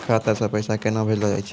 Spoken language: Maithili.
खाता से पैसा केना भेजलो जाय छै?